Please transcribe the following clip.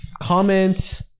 comment